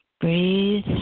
Breathe